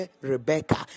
Rebecca